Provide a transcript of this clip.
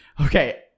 okay